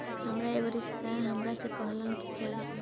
हामार एगो रिस्तेदार हामरा से कहलन की चलऽ